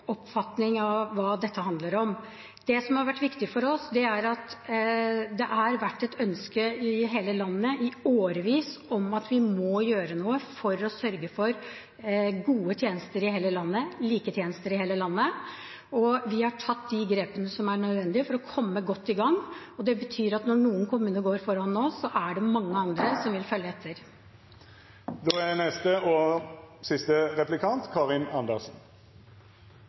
oppfatning av hva dette handler om. Det som har vært viktig for oss, er at det har vært et ønske i hele landet, i årevis, om at vi må gjøre noe for å sørge for gode og like tjenester i hele landet, og vi har tatt de grepene som er nødvendige for å komme godt i gang. Det betyr at når noen kommuner går foran nå, er det mange andre som vil følge etter. I innlegget sitt sa representanten Kjønaas Kjos at hun var bekymret for de små kommunene. Jeg lurer veldig på: Hvilke er